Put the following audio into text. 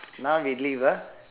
now we leave ah